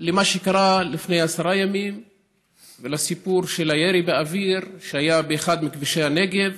למה שקרה לפני עשרה ימים ולסיפור של הירי באוויר שהיה באחד מכבישי הנגב,